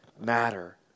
matter